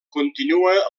continua